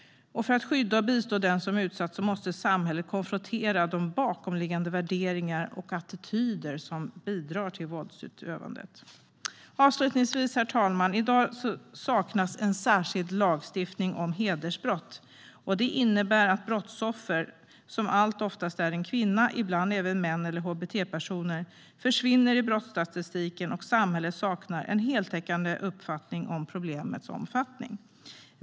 Förutom att skydda och bistå dem som utsätts måste samhället konfrontera de bakomliggande värderingar och attityder som bidrar till våldsutövandet. I dag saknas en särskild lagstiftning om hedersbrott. Det innebär att brottsoffren - allt som oftast kvinnor men ibland även män eller hbt-personer - försvinner i brottsstatistiken och att samhället saknar en heltäckande uppfattning om problemets omfattning.